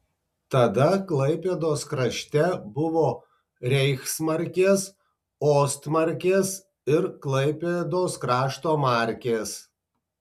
tada klaipėdos krašte buvo reichsmarkės ostmarkės ir klaipėdos krašto markės